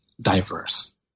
diverse